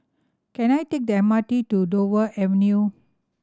can I take the M R T to Dover Avenue